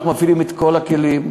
אנחנו מפעילים את כל הכלים,